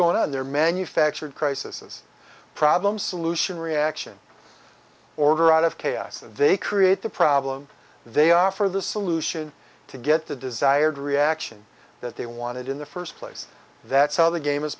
going on there manufactured crisis problem solution reaction order out of chaos they create the problem they offer the solution to get the desired reaction that they wanted in the first place that's how the game is